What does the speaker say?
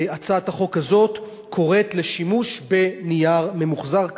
הצעת החוק הזאת קוראת לשימוש בנייר ממוחזר,